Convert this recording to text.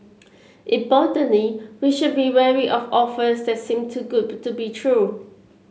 importantly we should be wary of offers that seem too good to be true